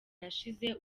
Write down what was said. yashize